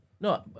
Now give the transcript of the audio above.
No